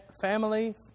family